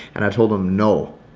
and i told him no.